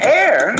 air